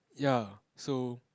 ya so